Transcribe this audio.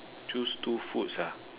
choose two foods ah